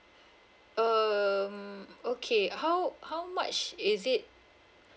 err um okay how how much is it